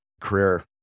career